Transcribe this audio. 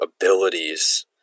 abilities